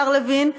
השר לוין,